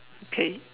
okay